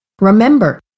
Remember